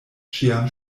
ĉiam